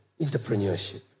entrepreneurship